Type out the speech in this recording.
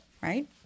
Right